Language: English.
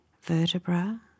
Vertebra